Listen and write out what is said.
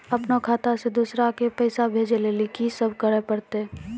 अपनो खाता से दूसरा के पैसा भेजै लेली की सब करे परतै?